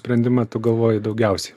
sprendimą tu galvoji daugiausiai